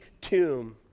tomb